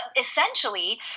essentially